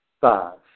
five